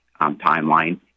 timeline